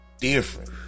different